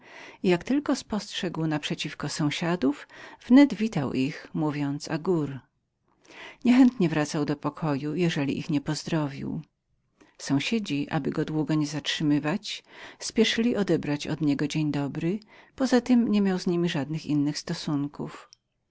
jak tylko spostrzegał naprzeciwko sąsiadów wnet pozdrawiał ich mówiąc agour nie chętnie wracał nie umieściwszy wprzódy swego pozdrowienia sąsiedzi aby go długo nie zatrzymywać śpieszyli odebrać od niego dzień dobry z resztą nie miał z niemi żadnych innych stosunków